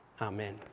Amen